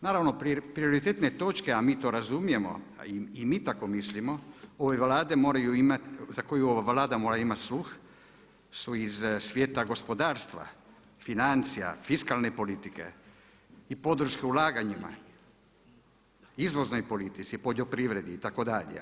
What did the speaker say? Naravno prioritetne točke a mi to razumijemo i mi tako mislimo ove Vlade moraju imati, za koje ova Vlada mora imati sluh su iz svijeta gospodarstva, financija, fiskalne politike i podrške ulaganjima, izvoznoj politici, poljoprivredi itd.